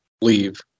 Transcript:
leave